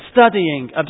studying